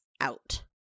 out